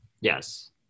Yes